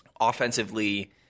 Offensively